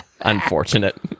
Unfortunate